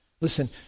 listen